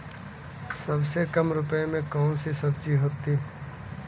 सबसे कम रुपये में कौन सी सब्जी होती है?